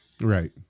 Right